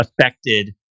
affected